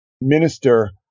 minister